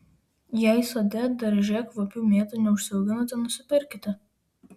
jei sode darže kvapių mėtų neužsiauginote nusipirkite